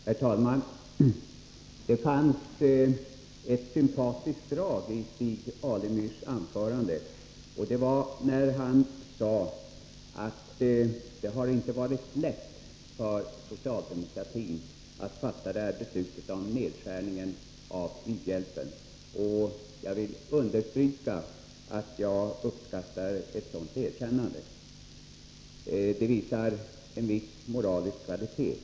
Herr talman! Det fanns ett sympatiskt drag i Stig Alemyrs anförande. Det var när han sade att det inte hade varit lätt för socialdemokratin att fatta detta beslut om nedskärningen av u-hjälpen. Jag vill understryka att jag uppskattar ett sådant erkännande. Det visar en viss moralisk kvalitet.